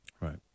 Right